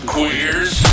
Queers